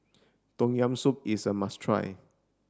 tom yam soup is a must try